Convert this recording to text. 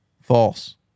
False